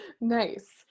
Nice